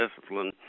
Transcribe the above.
discipline